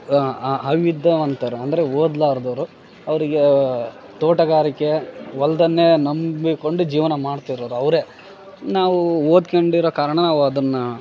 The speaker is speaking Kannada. ಅ ಆ ಅವಿದ್ಯಾವಂತರು ಅಂದರೆ ಓದ್ಲಾರದವ್ರು ಅವರಿಗೆ ತೋಟಗಾರಿಕೆ ಹೊಲ್ದನ್ನೇ ನಂಬಿಕೊಂಡು ಜೀವನ ಮಾಡ್ತಿರೋರು ಅವರೇ ನಾವು ಓದ್ಕೊಂಡಿರೋ ಕಾರಣ ನಾವು ಅದನ್ನು